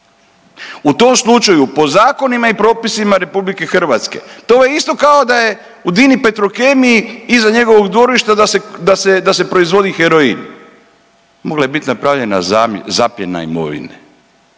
U tom slučaju po zakonima i propisima Republike Hrvatske to je isto kao da je u DINA-i Petrokemiji iza njegovog dvorišta da se proizvodi heroin. Mola je biti napravljena zapljena imovine.